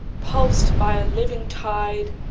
pulsed by a living tide,